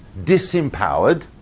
disempowered